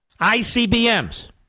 ICBMs